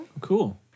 Cool